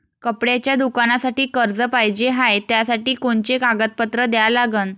कपड्याच्या दुकानासाठी कर्ज पाहिजे हाय, त्यासाठी कोनचे कागदपत्र द्या लागन?